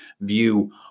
view